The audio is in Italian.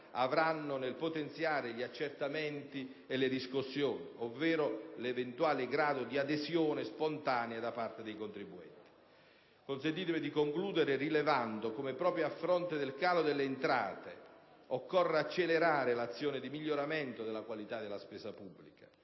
avranno nel potenziare gli accertamenti e le riscossioni, ovvero l'eventuale grado di adesione spontanea da parte dei contribuenti. Consentitemi di concludere rilevando come proprio a fronte del calo delle entrate occorra accelerare l'azione di miglioramento della qualità della spesa pubblica.